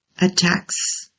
Attacks